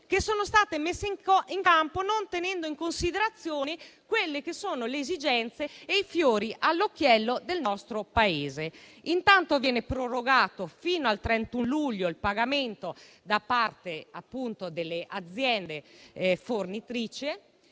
che sono state messe in campo non tenendo in considerazione le esigenze e i fiori all'occhiello del nostro Paese. Intanto, viene prorogato fino al 31 luglio il pagamento da parte delle aziende fornitrici,